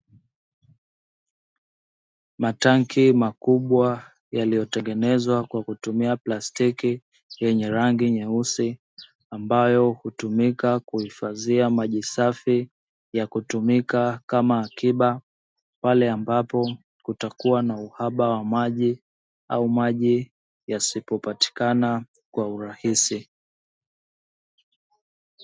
Matanki makubwa yaliyotengenezwa kwa kutumia plastiki yenye rangi nyeusi, ambayo hutumika kuhifadhia maji safi ya kutumika kama akiba, pale ambapo kutakuwa na uhaba wa maji au maji yasipopatikana kwa urahisi.